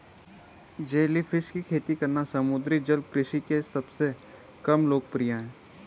jellyfish की खेती करना समुद्री जल कृषि के सबसे कम लोकप्रिय है